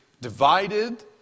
divided